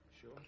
Sure